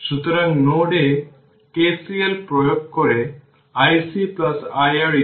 সুতরাং এখানে উভয়ই সিরিজে রয়েছে